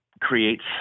creates